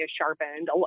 sharpened